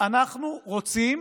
אנחנו רוצים